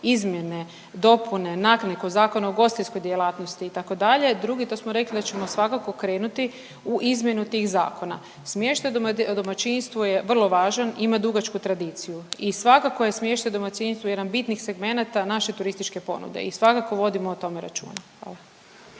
se ne razumije./…Zakon o ugostiteljskoj djelatnosti itd. i drugi, to smo rekli da ćemo svakako krenuti u izmjenu tih zakona. Smještaj u domaćinstvu je vrlo važan i ima dugačku tradiciju i svakako je smještaj u domaćinstvu jedan od bitnijih segmenata naše turističke ponude i svakako vodimo o tome računa,